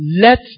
Let